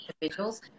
individuals